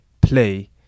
play